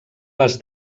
les